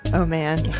oh man.